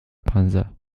panza